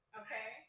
okay